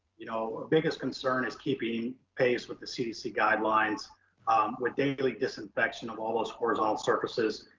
you know, our biggest concern is keeping pace with the cdc guidelines with daily disinfection of all those horizontal surfaces,